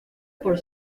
por